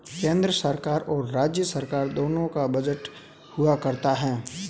केन्द्र सरकार और राज्य सरकार दोनों का बजट हुआ करता है